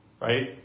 Right